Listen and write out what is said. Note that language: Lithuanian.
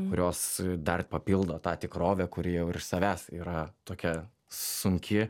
kurios dar papildo tą tikrovę kuri jau ir iš savęs yra tokia sunki